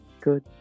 Good